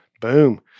Boom